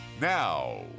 Now